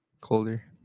Colder